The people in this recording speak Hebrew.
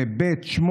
ו-ב(8)